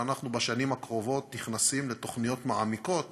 ואנחנו בשנים הקרובות נכנסים לתוכניות מעמיקות